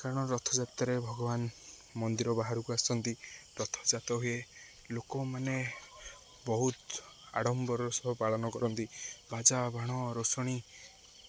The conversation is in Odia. କାରଣ ରଥଯାତ୍ରାରେ ଭଗବାନ ମନ୍ଦିର ବାହାରକୁ ଆସନ୍ତି ରଥଯାତ ହୁଏ ଲୋକମାନେ ବହୁତ ଆଡ଼ମ୍ବରର ସହ ପାଳନ କରନ୍ତି ବାଜା ବାଣ ଋଷଣି